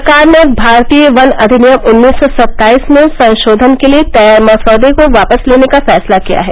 सरकार ने भारतीय वन अधिनियम उन्नीस सौ सत्ताईस में संशोधन के लिए तैयार मसौदे को वापस लेने का फैसला किया है